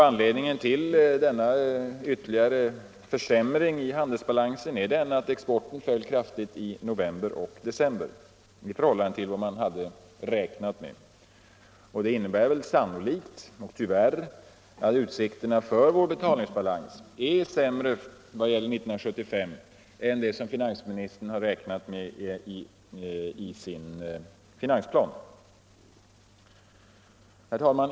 Anledningen till denna ytterligare försämring av handelsbalansen är att exporten föll kraftigt i november och december i förhållande till vad man räknat med. Det innebär sannolikt och tyvärr att utsikterna för vår betalningsbalans för 1975 är sämre än vad finansministern räknat med i sin finansplan.